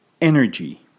energy